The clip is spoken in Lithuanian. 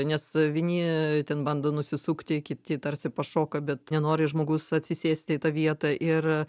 nes vieni ten bando nusisukti kiti tarsi prašoka bet nenori žmogus atsisėsti į tą vietą ir